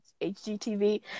HGTV